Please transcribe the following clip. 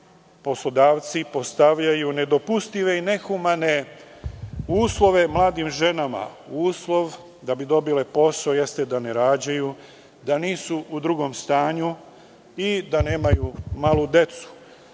poslodavci postavljaju nedopustive i nehumane uslove mladim ženama. Uslov da bi dobile posao jeste da ne rađaju, da nisu u drugom stanju i da nemaju malu decu.